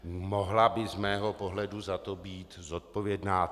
Mohla by z mého pohledu za to být zodpovědná.